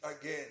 again